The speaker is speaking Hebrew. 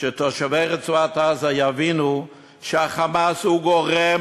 שתושבי רצועת-עזה יבינו שה"חמאס" גורם